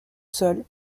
sol